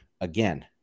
again